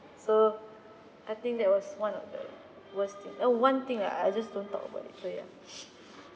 so I think that was one of the worst thing uh one thing that I just don't talk about it so ya